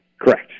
Correct